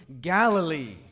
Galilee